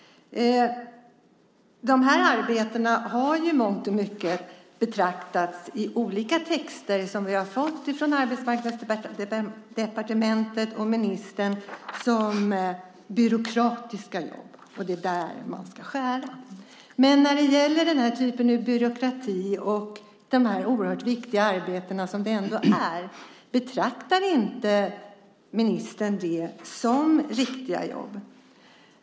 De här arbetena har i olika texter som vi har fått från Arbetsmarknadsdepartementet och ministern i mångt och mycket betraktats som byråkratiska jobb, och det är där man ska skära. Betraktar inte ministern dessa oerhört viktiga arbeten, som de ändå är, som riktiga jobb?